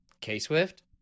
K-Swift